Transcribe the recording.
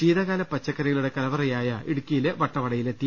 ശീതകാല പച്ചക്കറികളുടെ കലവറയായ ഇടുക്കിയിലെ വട്ടവടയിലെത്തി